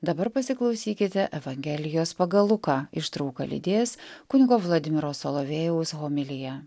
dabar pasiklausykite evangelijos pagal luką ištrauką lydės kunigo vladimiro solovėjaus homilija